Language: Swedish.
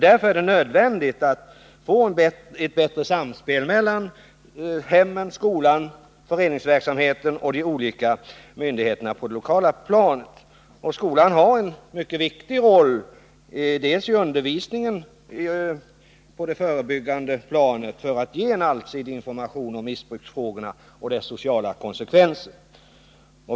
Därför är det viktigt att vi får ett bättre samspel mellan hemmen, skolan, föreningsverksamheten och de olika myndigheterna på det lokala planet. Skolan har en mycket viktig roll i det förebyggande arbetet för att i undervisningen ge en allsidig information om missbruksfrågorna och de sociala konsekvenserna.